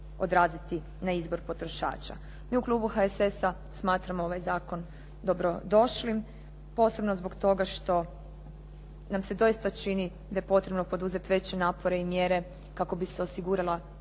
odraziti na izbor potrošača. Mi u klubu HSS-a smatramo ovaj zakon dobrodošlim, posebno zbog toga što nam se doista čini da je potrebno poduzeti veće napore i mjere kako bi se osigurala